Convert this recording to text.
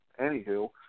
anywho